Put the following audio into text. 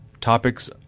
topics